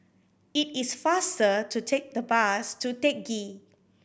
it is faster to take the bus to Teck Ghee